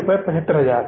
रुपए 75000